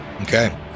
Okay